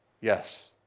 Yes